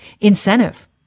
incentive